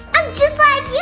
i'm just like you,